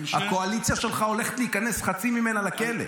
הקואליציה שלך, חצי ממנה הולכת להיכנס לכלא.